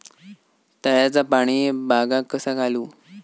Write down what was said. तळ्याचा पाणी बागाक कसा घालू?